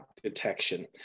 detection